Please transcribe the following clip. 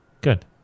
Good